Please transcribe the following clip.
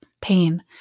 pain